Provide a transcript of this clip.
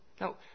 No